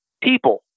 people